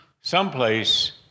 Someplace